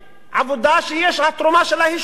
עבודה שהתרומה שלה היא שולית.